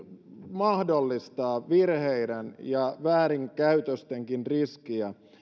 mahdollistaa virheiden ja väärinkäytöstenkin riskiä